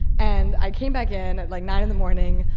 and i came back in at like nine in the morning,